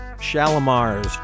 Shalimar's